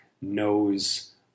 knows